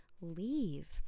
leave